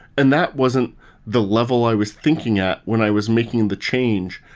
and that wasn't the level i was thinking at when i was making the change.